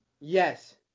Yes